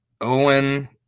Owen